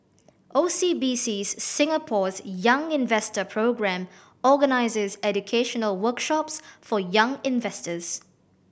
O C B C Singapore's Young Investor Programme organizes educational workshops for young investors